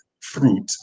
fruit